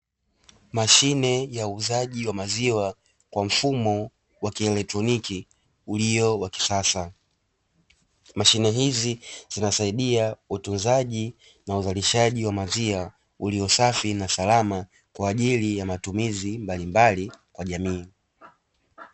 Mashine ya uuzaji wa maziwa kwa mfumo wa kielektroniki ulio wa kisasa. Mashine hizi zinasaidia utunzaji na uzalishaji wa maziwa uliosafi na salama kwa ajili ya matumizi mbalimbali ya jamii.